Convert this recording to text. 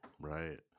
right